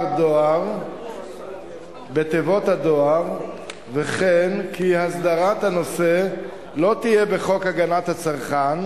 דואר בתיבות הדואר וכן כי הסדרת הנושא לא תהיה בחוק הגנת הצרכן,